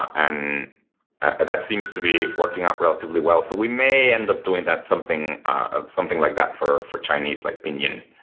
and ah that seems to be working out relatively well. so we may end up doing that something ah something like that for for chinese like pinyin.